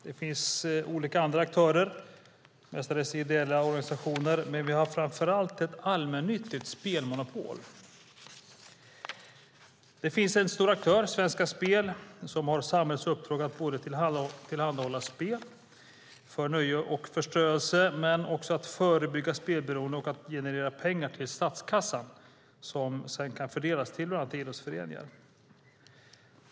Det finns olika andra aktörer, mestadels ideella organisationer, men vi har framför allt ett allmännyttigt spelmonopol. Det finns en stor aktör, Svenska Spel, som har samhällets uppdrag att tillhandahålla spel för nöje och förströelse, att förebygga spelberoende och att generera pengar till statskassan som sedan kan fördelas till bland annat idrottsföreningar.